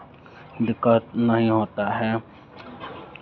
दिक्कत नहीं होता है